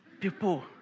people